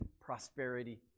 prosperity